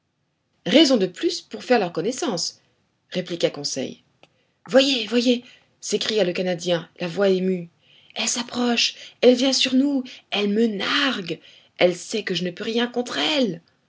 raison de plus pour faire leur connaissance répliqua conseil voyez voyez s'écria le canadien la voix émue elle s'approche elle vient sur nous elle me nargue elle sait que je ne peux rien contre elle